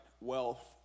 wealth